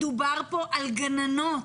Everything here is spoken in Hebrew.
מדובר כאן על גננות,